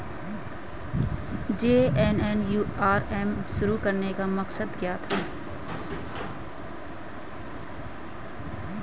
JNNURM शुरू करने का मकसद क्या था?